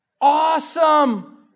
awesome